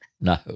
No